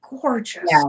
gorgeous